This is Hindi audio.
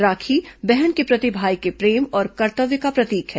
राखी बहन के प्रति भाई के प्रेम और कर्तव्य का प्रतीक है